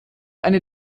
eine